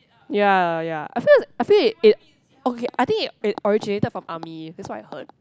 ya ya I feel I feel it it okay I think it it originated from army that's what I heard